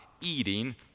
eating